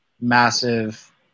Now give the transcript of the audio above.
massive